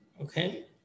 Okay